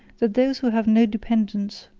that those who have no dependence,